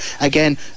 again